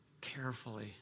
carefully